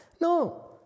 No